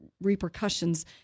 repercussions